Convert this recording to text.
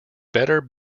better